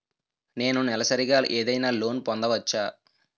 నేను నెలసరిగా ఏదైనా లోన్ పొందవచ్చా?